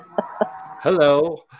Hello